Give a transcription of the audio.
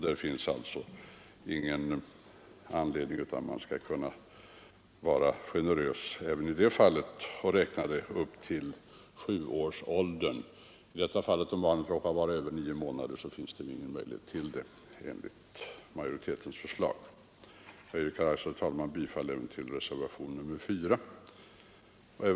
Det finns därför ingen anledning att inte vara generös även i detta fall och räkna ersättningstiden till dess barnet blir sju år. Om barnet råkar vara över nio månader vid adoptionen finns det ju ingen möjlighet att få föräldrapenning enligt utskottsmajoritetens förslag. Jag yrkar, herr talman, bifall även till reservationen 4.